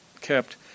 kept